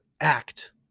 act